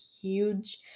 huge